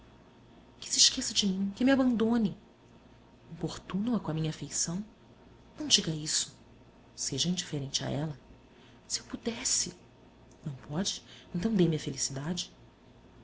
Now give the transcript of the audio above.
que se esqueça de mim que me abandone importuno a com a minha afeição não diga isso seja indiferente a ela se eu pudesse não pode então dê-me a felicidade